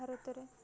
ଭାରତରେ